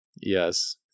Yes